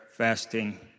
fasting